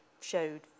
showed